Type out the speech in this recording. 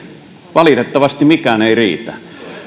valitettavasti mikään ei riitä